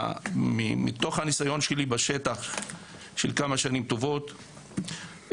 מתוך הניסיון שלי בשטח של כמה שנים טובות,